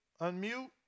Unmute